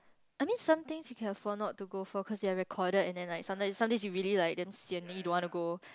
I mean some things you can afford not to go for cause they are recorded and then like sometimes some days you really like damn sian then you don't want to go